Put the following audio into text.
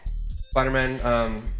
Spider-Man